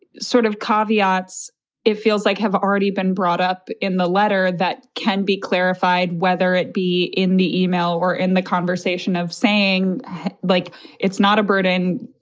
sort of caveats it feels like have already been brought up in the letter that can be clarified, whether it be in the email or in the conversation of saying like it's not a burden.